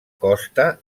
costa